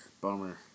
Bummer